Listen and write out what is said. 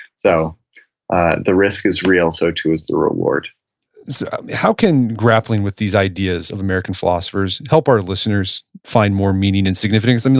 so ah the risk is real. so too is the reward how can grappling with these ideas of american philosophers help our listeners find more meaning and significance?